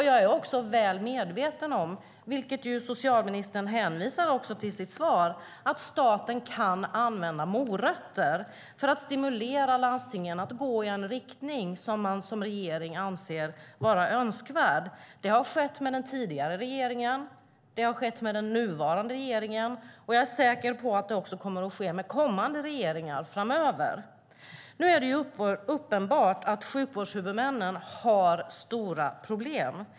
Jag är också väl medveten om, vilket socialministern hänvisade till i sitt svar, att staten kan använda morötter för att stimulera landstingen att gå i en riktning som regeringen anser var önskvärd. Det har skett med den tidigare regeringen. Det har skett med den nuvarande regeringen. Jag är säker på att det också kommer att ske med kommande regeringar framöver. Det är uppenbart att sjukvårdshuvudmännen har stora problem.